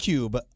Cube